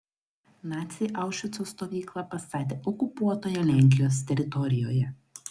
naciai aušvico stovyklą pastatė okupuotoje lenkijos teritorijoje